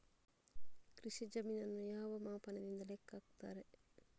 ಕೃಷಿ ಜಮೀನನ್ನು ಯಾವ ಮಾಪನದಿಂದ ಲೆಕ್ಕ ಹಾಕ್ತರೆ?